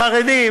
חרדים,